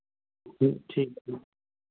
जी ठीक है ना